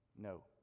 no